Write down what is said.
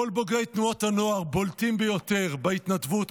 כל בוגרי תנועות הנוער בולטים ביותר בהתנדבות,